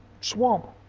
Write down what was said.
swamp